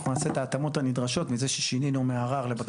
אנחנו נעשה את ההתאמות הנדרשות מזה ששינינו מערר לבקשה.